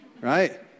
right